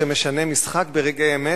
שמשנים משחק ברגע האמת.